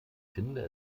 finde